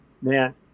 man